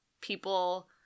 people